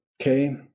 okay